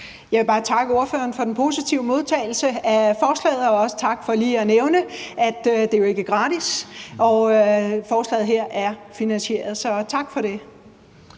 Jeg vil bare takke ordføreren for den positive modtagelse af forslaget og også takke for lige at nævne, at det jo ikke er gratis, og at forslaget her er finansieret. Så tak for det.